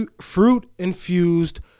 fruit-infused